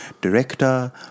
Director